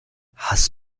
hast